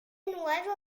nuevo